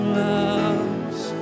loves